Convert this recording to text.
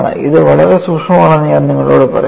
ഇത് വളരെ സൂക്ഷ്മമാണെന്ന് ഞാൻ നിങ്ങളോട് പറയുന്നു